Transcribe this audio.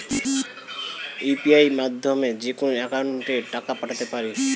UPI মাধ্যমে যেকোনো একাউন্টে টাকা পাঠাতে পারি?